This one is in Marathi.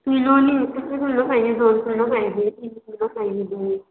किलोनी किती किलो पाहिजे दोन किलो पाहिजे तीन किलो पाहिजे